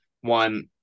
one